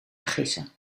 vergissen